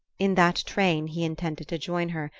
in that train he intended to join her,